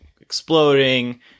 exploding